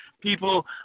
people